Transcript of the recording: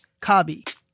kabi